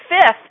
fifth